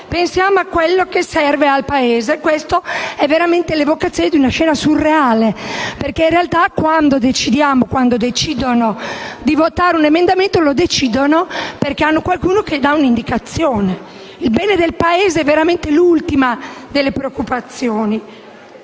pensiamo a quello che serve al Paese. Questa è veramente l'evocazione di una scena surreale, perché in realtà quando decidiamo, ovvero quando decidono di votare un emendamento, lo fanno perché hanno qualcuno che dà loro un'indicazione. Il bene del Paese è veramente l'ultima delle preoccupazioni.